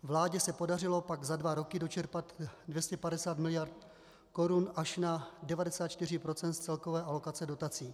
Vládě se podařilo pak za dva roky dočerpat 250 miliard korun až na 94 % z celkové alokace dotací.